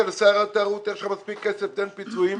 לשר התיירות שיש לו מספיק כסף ושייתן פיצויים.